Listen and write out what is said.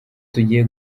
tugiye